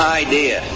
idea